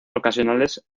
ocasionales